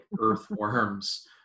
earthworms